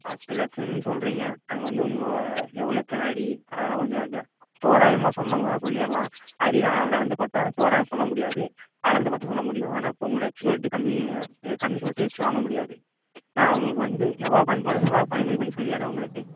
பத்து லட்சம்னு சொல்கிறிங்க அது வந்து உங்கள் எவ்வளோ எத்தனை அடி அதெல்லாம் கொஞ்சம் தோராயமாக சொன்னோம்னா சொல்லிடலாம் அடி நான் அளந்து பார்த்தா தோராயமாக சொல்ல முடியாது அளந்து பார்த்து சொல்ல முடியும் ஆனால் இப்போ ரேட்டு கம்மி சொல்லிட்டு வாங்கமுடியாது நான் உங்களுக்கு வந்து எவ்வளோ கம்மி பண்ண முடியுமோ அவ்வளோ கம்மி பண்ணி சொல்லிடுறேன் உங்களுக்கு